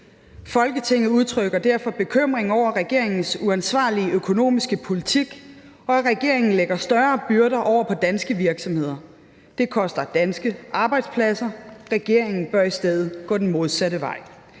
Folketinget udtrykker derfor bekymring over regeringens uansvarlige økonomiske politik, og at regeringen lægger større byrder over på danske virksomheder. Det koster danske arbejdspladser. Regeringen bør i stedet gå den modsatte vej.